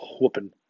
Whooping